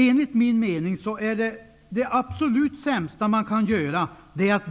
Att vifta bort dessa frågor är, enligt min mening, det absolut sämsta man kan göra. Det